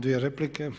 dvije replike.